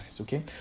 Okay